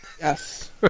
Yes